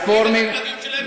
יש כאלה שמספרים את הכלבים שלהם,